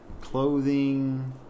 Clothing